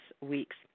weeks